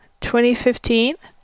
2015